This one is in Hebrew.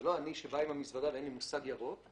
זה לא אני שבא עם המזוודה ואין לי מושג ירוק,